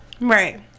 Right